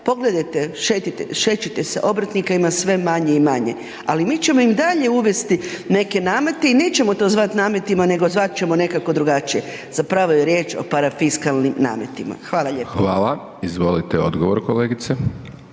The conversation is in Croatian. pogledajte, šećite se obrtnika ima sve manje i manje, ali mi ćemo i dalje uvesti neke namete i nećemo to zvati nametima nego ćemo to zvati nekako drugačije. Zapravo je riječ o parafiskalnim nametima. Hvala lijepo. **Hajdaš Dončić,